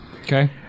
Okay